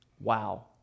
Wow